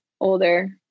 older